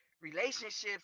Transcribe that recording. relationships